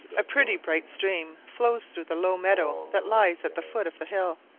a pretty bright stream flows through the low meadow that lies at the foot of the hill,